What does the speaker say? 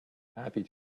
happy